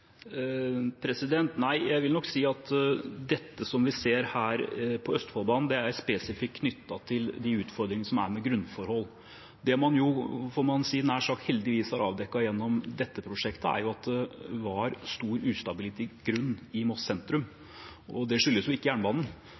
Nei, jeg vil nok si at dette som vi ser her på Østfoldbanen, er spesifikt knyttet til de utfordringene som er med grunnforhold. Det man – nær sagt heldigvis – har avdekket gjennom dette prosjektet, er at det var stor ustabilitet i grunnen i Moss sentrum, og det skyldes ikke jernbanen.